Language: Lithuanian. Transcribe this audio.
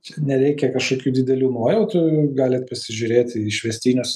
čia nereikia kažkokių didelių nuojautų galit pasižiūrėti į išvestinius